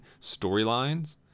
storylines